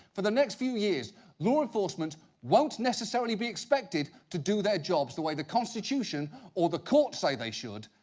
for the next few years law enforcement won't necessarily be expected to do their jobs the way the constitution or the courts say they should.